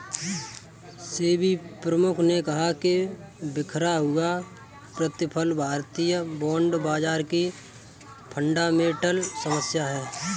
सेबी प्रमुख ने कहा कि बिखरा हुआ प्रतिफल भारतीय बॉन्ड बाजार की फंडामेंटल समस्या है